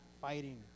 fighting